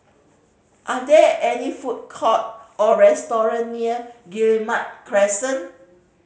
are there any food court or restaurant near Guillemard Crescent